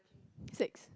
six